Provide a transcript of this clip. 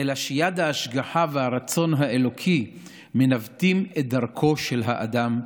אלא שיד ההשגחה והרצון האלוקי מנווטים את דרכו של האדם בעולמו.